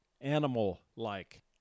animal-like